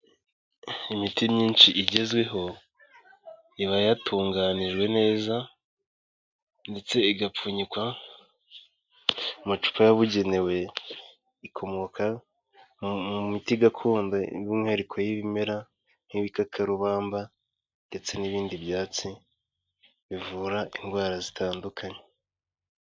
Imiti myinshi igezweho iba yatunganijwe neza ndetse igapfunyikwa mu macupa yabugenewe, ikomoka mu miti gakondo y'umwihariko y'ibimera nk'ibikakarubamba ndetse n'ibindi byatsi bivura indwara zitandukanye.